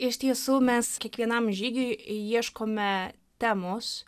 iš tiesų mes kiekvienam žygiui ieškome temos